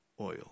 oil